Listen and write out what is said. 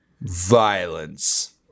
violence